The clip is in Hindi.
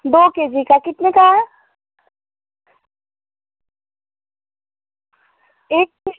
दो के जी का कितने का है एक पर